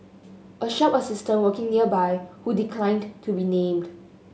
a shop assistant working nearby who declined to be named